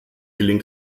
gelingt